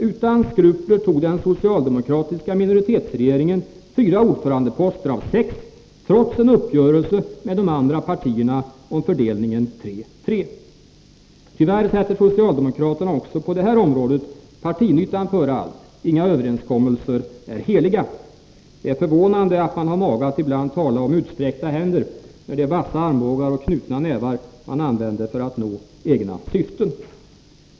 Utan skrupler tog den socialdemokratiska minoritetsregeringen fyra av sex ordförandeposter, trots en uppgörelse med de andra partierna om fördelningen tre-tre. Tyvärr sätter socialdemokraterna också på detta område partinyttan före allt — inga överenskommelser är heliga. Det är förvånande att man har mage att ibland tala om ”utsträckta händer”, när det är vassa armbågar och knutna nävar man använder för att nå egna syften.